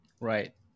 Right